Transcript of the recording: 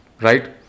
Right